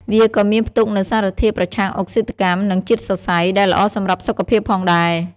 វាក៏មានផ្ទុកនូវសារធាតុប្រឆាំងអុកស៊ីតកម្ម និងជាតិសរសៃ ដែលល្អសម្រាប់សុខភាពផងដែរ។